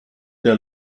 der